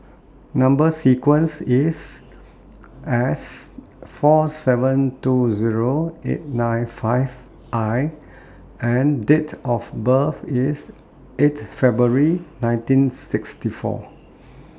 Number sequence IS S four seven two Zero eight nine five I and Date of birth IS eight February nineteen sixty four